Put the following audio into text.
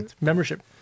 membership